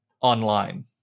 online